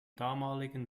damaligen